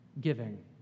giving